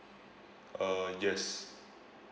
uh yes